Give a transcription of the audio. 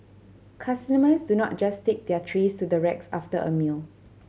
customers do not just take their trays to the racks after a meal